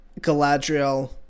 Galadriel